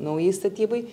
naujai statybai